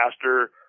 faster